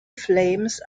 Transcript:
flames